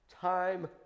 time